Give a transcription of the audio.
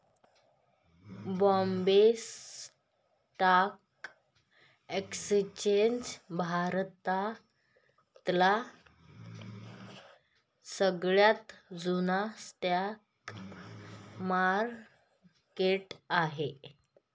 Bombay stock exchange भारतातील सगळ्यात जुन स्टॉक मार्केट आहे